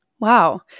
Wow